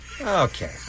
Okay